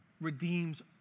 redeems